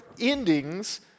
endings